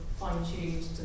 fine-tuned